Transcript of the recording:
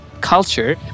culture